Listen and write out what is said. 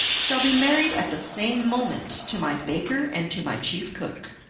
shall be married at the same moment to my baker and to my chief cook.